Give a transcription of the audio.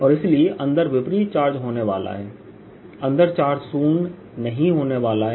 और इसलिए अंदर विपरीत चार्ज होने वाला है अंदर चार्ज शून्य नहीं होने वाला है